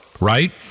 Right